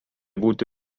būti